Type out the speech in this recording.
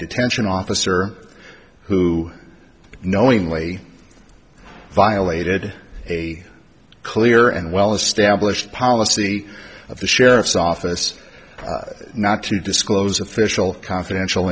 detention officer who knowingly violated a clear and well established policy of the sheriff's office not to disclose official confidential